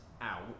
out